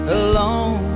alone